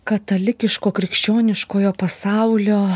katalikiško krikščioniškojo pasaulio